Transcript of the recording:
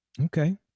Okay